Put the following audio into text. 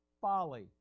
folly